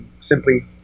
simply